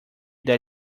that